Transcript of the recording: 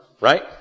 right